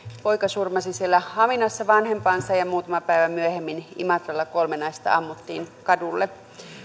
poika surmasi haminassa vanhempansa ja ja muutamaa päivää myöhemmin imatralla kolme naista ammuttiin kadulle